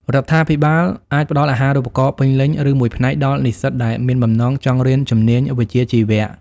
រដ្ឋាភិបាលអាចផ្តល់អាហារូបករណ៍ពេញលេញ ឬមួយផ្នែកដល់និស្សិតដែលមានបំណងចង់រៀនជំនាញវិជ្ជាជីវៈ។